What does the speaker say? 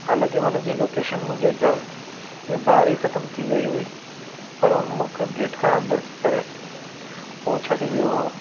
हालाकी हुनजी लोकेशन मुंहिंजे घर जे ॿाहिरि ई ख़तम थी वई हुई पर हुन मूंखे गेट खां अंदर करे पोइ छॾी वियो हुयो